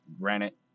granite